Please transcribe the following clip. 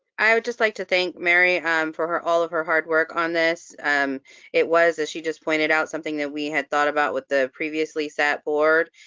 i would just like to thank mary um for all of her hard work on this it was as she just pointed out, something that we had thought about with the previously sat board,